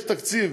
יש תקציב,